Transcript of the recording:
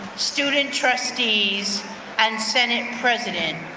student trustees and senate president.